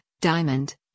diamond